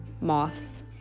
moths